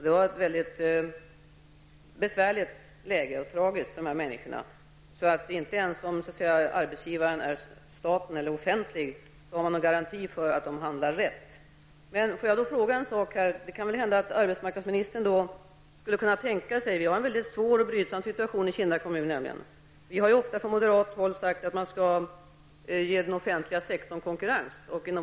Det var mycket tragiskt för dessa kvinnor. Inte ens om arbetsgivaren är staten har vi alltså någon garanti för att man handlar rätt. Situationen i Kisa blev mycket svår och brydsam. Vi har på moderat håll ofta sagt att vi vill att den offentliga sektorn skall ha konkurrens.